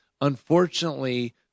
Unfortunately